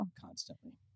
Constantly